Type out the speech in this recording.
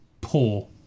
Poor